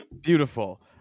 beautiful